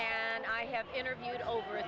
and i have interviewed over